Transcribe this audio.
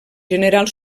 general